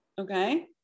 okay